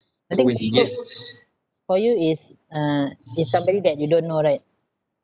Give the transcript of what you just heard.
I think to you s~ for you is uh is somebody that you don't know right